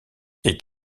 est